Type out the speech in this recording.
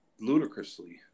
ludicrously